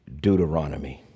Deuteronomy